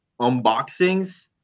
unboxings